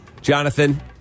Jonathan